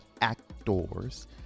actors